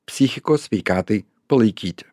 psichikos sveikatai palaikyti